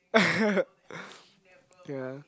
yeah